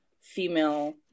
female